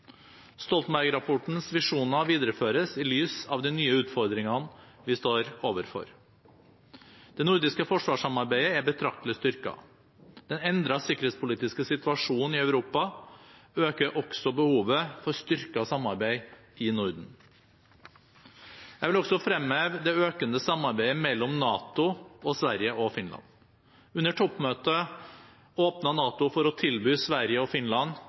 Stoltenberg-rapportens visjoner videreføres i lys av de nye utfordringene vi står overfor. Det nordiske forsvarssamarbeidet er betraktelig styrket. Den endrede sikkerhetspolitiske situasjonen i Europa øker også behovet for styrket samarbeid i Norden. Jeg vil også fremheve det økende samarbeidet mellom NATO og Sverige og Finland. Under toppmøtet åpnet NATO for å tilby Sverige og Finland